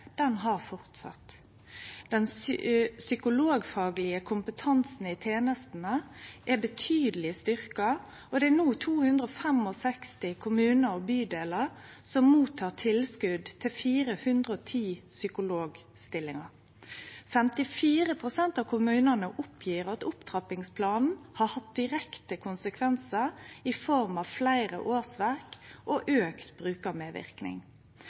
Den psykologfaglege kompetansen i tenestene er betydeleg styrkt. Det er no 265 kommunar og bydelar som tek imot tilskot til 410 psykologstillingar. 54 pst. av kommunane opplyser at opptrappingsplanen har hatt direkte konsekvensar i form av fleire årsverk og